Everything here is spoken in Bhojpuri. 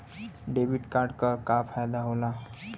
डेबिट कार्ड क का फायदा हो ला?